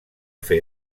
fer